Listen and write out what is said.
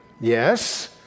yes